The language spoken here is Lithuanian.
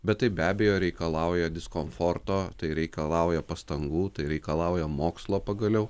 bet tai be abejo reikalauja diskomforto tai reikalauja pastangų tai reikalauja mokslo pagaliau